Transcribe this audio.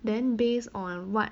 then based on what